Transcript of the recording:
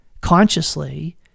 consciously